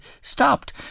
stopped